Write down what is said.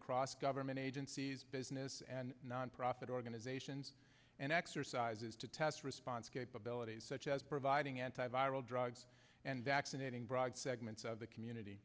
across government agencies business and nonprofit organizations and exercises to test response capabilities such as providing anti viral drugs and vaccinating broad segments of the community